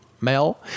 Mel